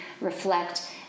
reflect